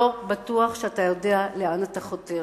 לא בטוח שאתה יודע לאן אתה חותר.